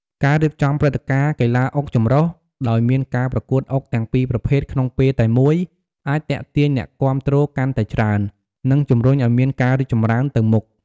ការរៀបចំព្រឹត្តិការណ៍កីឡាអុកចម្រុះ ដោយមានការប្រកួតអុកទាំងពីរប្រភេទក្នុងពេលតែមួយ អាចទាក់ទាញអ្នកគាំទ្រកាន់តែច្រើន និងជំរុញឱ្យមានការរីកចម្រើនទៅមុខ។